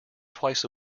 twice